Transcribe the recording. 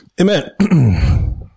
Amen